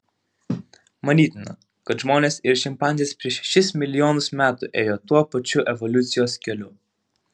manytina kad žmonės ir šimpanzės prieš šešis milijonus metų ėjo tuo pačiu evoliucijos keliu